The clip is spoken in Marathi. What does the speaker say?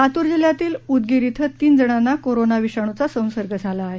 लातूर जिल्ह्यातील उदगीर इथं तीन जणांना कोरोना विषाणूचा संसर्ग झाला आहे